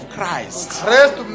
Christ